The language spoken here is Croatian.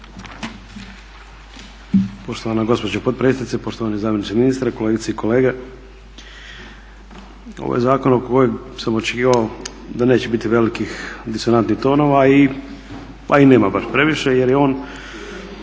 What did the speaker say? Poštovana gospođo potpredsjednice, poštovani zamjeniče ministra, kolegice i kolege. Ovo je zakon o kojem sam očekivao da neće biti velikih disonantnih tonova, a i nema baš previše jer je on